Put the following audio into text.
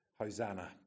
Hosanna